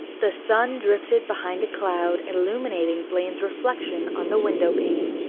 the sun drifted behind a cloud, illuminating blaine's reflection on the window pane.